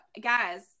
Guys